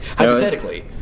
Hypothetically